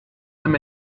them